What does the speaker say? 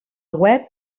web